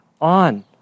on